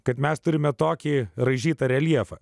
kad mes turime tokį raižytą reljefą